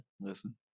Listen